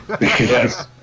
Yes